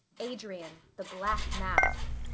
adrian. the black mask.